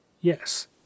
Yes